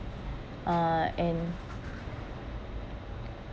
uh and